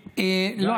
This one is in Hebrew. והיום,